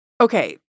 Okay